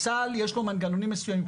לצה"ל יש מנגנונים מסוימים.